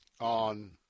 on